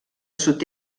sud